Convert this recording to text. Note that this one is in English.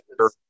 sure